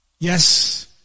Yes